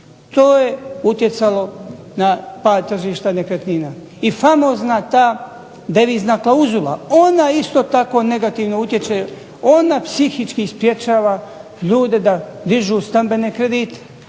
To je utjecalo na pad tržišta nekretnina. I famozna ta devizna klauzula, ona isto tako negativno utječe, ona psihički sprečava ljude da dižu stambene kredite.